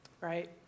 Right